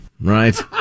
Right